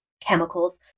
chemicals